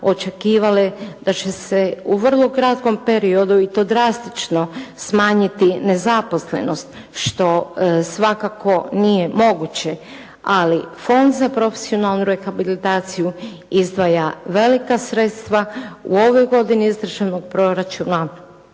očekivale da će se u vrlo kratkom periodu i to drastično smanjiti nezaposlenost što svakako nije moguće, ali Fond za profesionalnu rehabilitaciju izdvaja velika sredstva. U ovoj godini iz državnog proračuna